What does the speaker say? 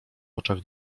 oczach